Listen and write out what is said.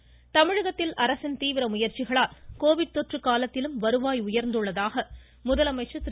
முதலமைச்சர் தமிழகத்தில் அரசின் தீவிர முயற்சிகளால் கோவிட் தொற்று காலத்திலும் வருவாய் உயா்ந்துள்ளதாக முதலமைச்சர் திரு